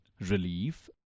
relief